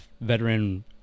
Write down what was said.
veteran